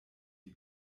die